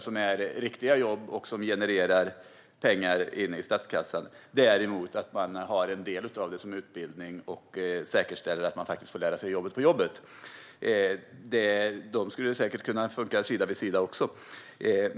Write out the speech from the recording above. Det är riktiga jobb som generar pengar till statskassan. Man har en del av det som utbildning och säkerställer att man får lära sig jobbet på jobbet. De skulle säkert kunna funka sida vid sida också.